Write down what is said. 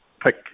pick